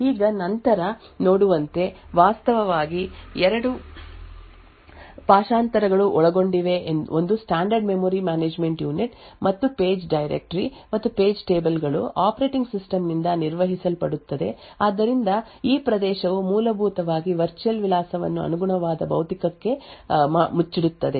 ಈಗ ನಂತರ ನೋಡುವಂತೆ ವಾಸ್ತವವಾಗಿ ಎರಡು ಭಾಷಾಂತರಗಳು ಒಳಗೊಂಡಿವೆ ಒಂದು ಸ್ಟ್ಯಾಂಡರ್ಡ್ ಮೆಮೊರಿ ಮ್ಯಾನೇಜ್ಮೆಂಟ್ ಯೂನಿಟ್ ಮತ್ತು ಪೇಜ್ ಡೈರೆಕ್ಟರಿ ಮತ್ತು ಪೇಜ್ ಟೇಬಲ್ ಗಳು ಆಪರೇಟಿಂಗ್ ಸಿಸ್ಟಮ್ ನಿಂದ ನಿರ್ವಹಿಸಲ್ಪಡುತ್ತವೆ ಆದ್ದರಿಂದ ಈ ಪ್ರದೇಶವು ಮೂಲಭೂತವಾಗಿ ವರ್ಚುಯಲ್ ವಿಳಾಸವನ್ನು ಅನುಗುಣವಾದ ಭೌತಿಕಕ್ಕೆ ಮುಚ್ಚಿಡುತ್ತದೆ